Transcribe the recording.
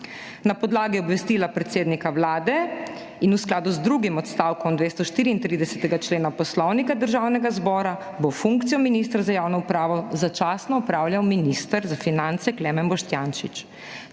Na podlagi obvestila predsednika Vlade in v skladu z drugim odstavkom 234. člena Poslovnika Državnega zbora bo funkcijo ministra za javno upravo začasno opravljal minister za finance Klemen Boštjančič.